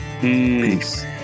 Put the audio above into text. Peace